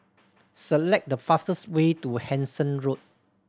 select the fastest way to Hendon Road